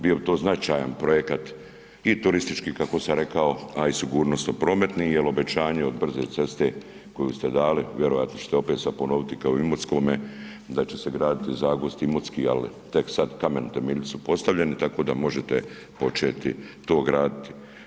Bio bi to značajan projekat i turistički kako sam rekao, a i sigurnosno prometni jel obećanje od brze ceste koju ste dali, vjerojatno ćete sada opet ponoviti kao i u Imotskome da će se graditi Zagvozd-Imotski, ali tek sada kamen temeljac su postavljeni tako da možete početi to graditi.